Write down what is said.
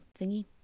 thingy